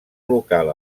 local